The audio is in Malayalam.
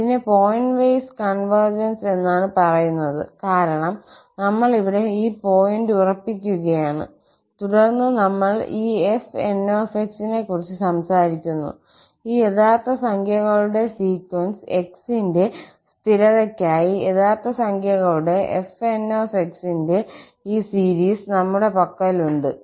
ഇതിനെ പോയിന്റ് വൈസ് കോൺവർജൻസ് എന്നാണ് പറയുന്നത് കാരണം നമ്മൾ ഇവിടെ ഈ പോയിന്റ് ഉറപ്പിക്കുകയാണ് തുടർന്ന് നമ്മൾ ഈ 𝑓𝑛𝑥 നെക്കുറിച്ച് സംസാരിക്കുന്നു ഈ യഥാർത്ഥ സംഖ്യകളുടെ സീക്വൻസ് x ന്റെ സ്ഥിരതയ്ക്കായി യഥാർത്ഥ സംഖ്യകളുടെ 𝑓𝑛𝑥 ന്റെ ഈ സീരീസ് നമ്മുടെ പക്കലുണ്ട്